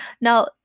Now